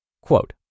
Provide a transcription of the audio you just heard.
Quote